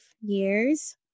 years